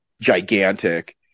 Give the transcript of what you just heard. gigantic